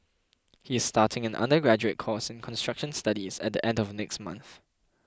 he is starting an undergraduate course in construction studies at the end of next month